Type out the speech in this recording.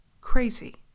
crazy